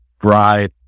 bribe